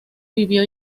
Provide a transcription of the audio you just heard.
vivió